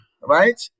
right